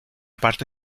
parte